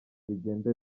bigende